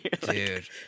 Dude